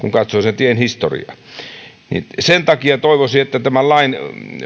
kun katsoo sen tien historiaa sen takia toivoisin että tämän lain